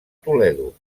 toledo